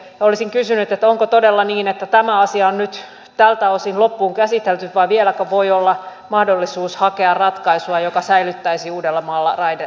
olisin kysynyt onko todella niin että tämä asia on nyt tältä osin loppuun käsitelty vai vieläkö voi olla mahdollisuus hakea ratkaisua joka säilyttäisi uudellamaalla raideliikenteen